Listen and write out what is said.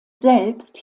selbst